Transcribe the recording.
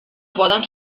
poden